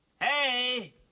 Hey